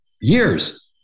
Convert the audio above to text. years